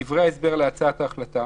דברי ההסבר להצעת ההחלטה